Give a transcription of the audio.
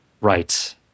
right